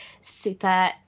super